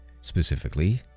Specifically